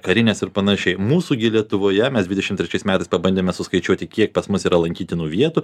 karinės ir panašiai mūsų lietuvoje mes dvidešimt trečiais metais pabandėme suskaičiuoti kiek pas mus yra lankytinų vietų